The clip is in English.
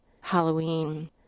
Halloween